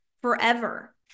forever